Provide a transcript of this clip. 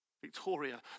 Victoria